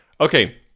Okay